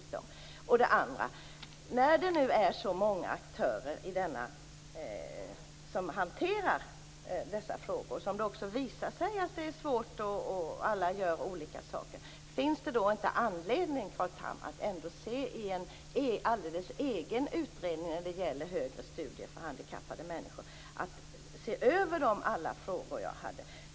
Det har visat sig vara svårt när det är så många aktörer som hanterar dessa frågor och alla gör olika saker. Finns det då inte anledning, Carl Tham, att i en särskild utredning när det gäller högre studier för handikappade människor se över alla de frågor som jag ställde?